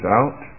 out